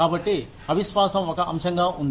కాబట్టి అవిశ్వాసం ఒక అంశంగా ఉంది